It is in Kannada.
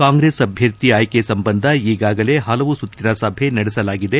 ಕಾಂಗ್ರೆಸ್ ಅಭ್ಲರ್ಥಿ ಆಯ್ಲಿ ಸಂಬಂಧ ಈಗಾಗಲೇ ಪಲವು ಸುತ್ತಿನ ಸಭೆ ನಡೆಸಲಾಗಿದೆ